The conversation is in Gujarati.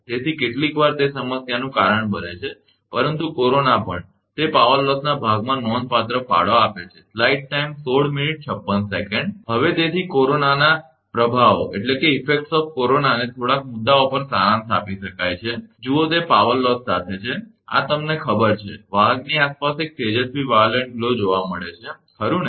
તેથી કેટલીકવાર તે સમસ્યાનું કારણ બને છે પરંતુ કોરોના પણ તે પાવર લોસના ભાગમાં નોંધપાત્ર ફાળો આપે છે હવે તેથી કોરોનાના પ્રભાવોને થોડાંક મુદ્દાઓ પર સારાંશ આપી શકાય છે જુઓ તે પાવર લોસ સાથે છે આ તમને ખબર છે વાહકની આસપાસ એક તેજસ્વી વાયોલેટ ગ્લો જોવા મળે છે ખરુ ને